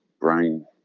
brain